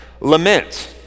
Lament